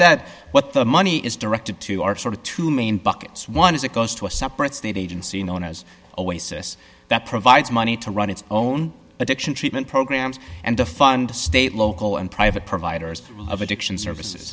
what the money is directed to are sort of two main buckets one is it goes to a separate state agency known as a way sis that provides money to run its own addiction treatment programs and to fund the state local and private providers of addiction services